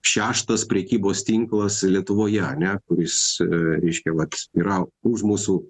šeštas prekybos tinklas lietuvoje ane kuris reiškia vat yra už mūsų